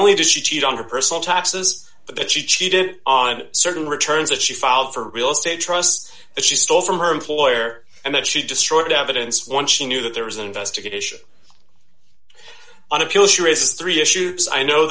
only did she cheated on her personal taxes but that she cheated on certain returns that she filed for real estate trust that she stole from her employer and that she destroyed evidence once she knew that there was an investigation an appeal sure is three issues i know